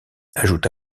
ajouta